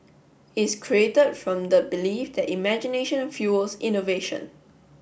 is created from the belief that imagination fuels innovation